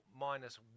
minus